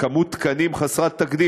כמות תקנים חסרת תקדים.